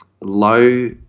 Low